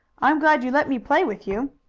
i'm glad you let me play with you.